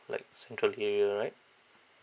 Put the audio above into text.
like central area right